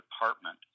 department